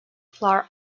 flower